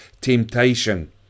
temptation